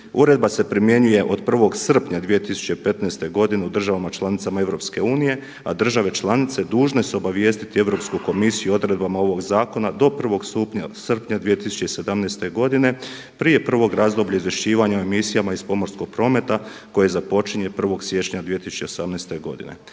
Uredba se primjenjuje od 1. srpnja 2015. godine u državama članicama EU, a države članice dužne su obavijestiti Europsku komisiju o odredbama ovog zakona do 1. srpnja 2017. godine prije prvog razdoblja izvješćivanja o emisijama iz pomorskog prometa koje započinje 1. siječnja 2018. godine.